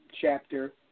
chapter